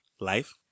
Life